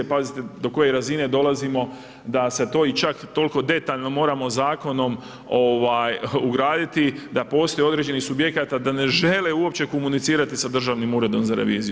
Pazite, do koje razine dolazimo, da se to čak toliko detaljno, moramo zakonom ugraditi, da postoji određenih subjekata, da ne žele uopće komunicirati sa Državnim uredom za reviziju.